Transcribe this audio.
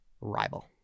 rival